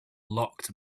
locked